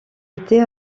était